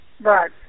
Right